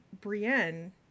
Brienne